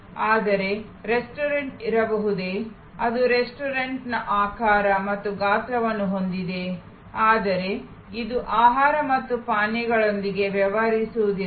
ಆದರೆ ರೆಸ್ಟೋರೆಂಟ್ ಇರಬಹುದೇ ಅದು ರೆಸ್ಟೋರೆಂಟ್ನ ಆಕಾರ ಮತ್ತು ಗಾತ್ರವನ್ನು ಹೊಂದಿದೆ ಆದರೆ ಇದು ಆಹಾರ ಮತ್ತು ಪಾನೀಯಗಳೊಂದಿಗೆ ವ್ಯವಹರಿಸುವುದಿಲ್ಲ